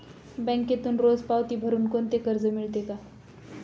बँकेत रोज पावती भरुन कोणते कर्ज मिळते का?